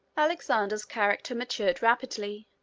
alexander's character matured rapidly,